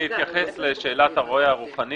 אני אתייחס לשאלת הרועה הרוחני